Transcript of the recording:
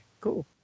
Cool